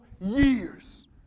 years